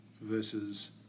Versus